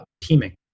teaming